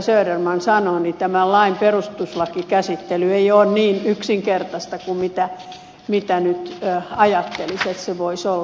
söderman sanoi että tämän lain perustuslakikäsittely ei ole niin yksinkertaista kuin mitä ajattelisi että se voisi olla